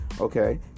Okay